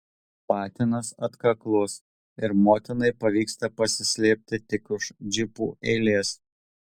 patinas atkaklus ir motinai pavyksta pasislėpti tik už džipų eilės